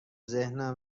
ذهنم